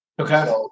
Okay